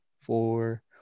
Four